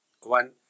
one